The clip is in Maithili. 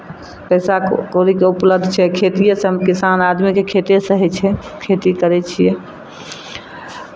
पैसा कौ कौड़ीके उपलब्ध छै खेतिएसँ हम किसान आदमीके खेतिएसँ होइ छै खेती करै छियै